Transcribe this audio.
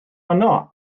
yno